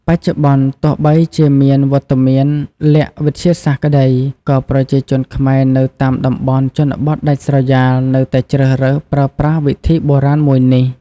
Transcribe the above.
បច្ចុប្បន្នទោះបីជាមានវត្តមានល័ក្តវិទ្យាសាស្ត្រក្ដី ក៏ប្រជាជនខ្មែរនៅតាមតំបន់ជនបទដាច់ស្រយាលនៅតែជ្រើសរើសប្រើប្រាស់វិធីបុរាណមួយនេះ